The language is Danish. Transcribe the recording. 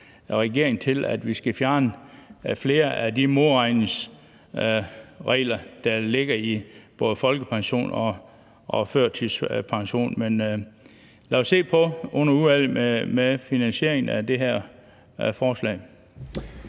regeringen til at fjerne flere af de modregningsregler, der ligger både i folkepensionen og førtidspensionen. Men lad os se på finansieringen af det her forslag